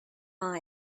nor